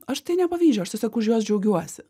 aš tai nepavydžiu aš tiesiog už juos džiaugiuosi